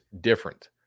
different